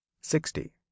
Sixty